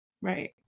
right